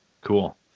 Cool